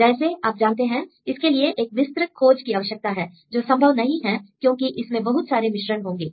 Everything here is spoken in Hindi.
जैसे आप जानते हैं इसके लिए एक विस्तृत खोज की आवश्यकता है जो संभव नहीं है क्योंकि इसमें बहुत सारे मिश्रण होंगे